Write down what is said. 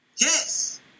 Yes